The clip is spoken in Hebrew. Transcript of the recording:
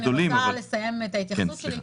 רון, סליחה כי אני רוצה לסיים את ההתייחסות שלי.